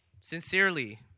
Sincerely